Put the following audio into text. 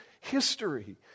history